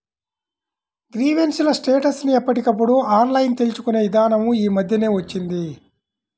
grievance ల status ని ఎప్పటికప్పుడు ఆన్లైన్ తెలుసుకునే ఇదానం యీ మద్దెనే వచ్చింది